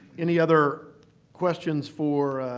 any other questions for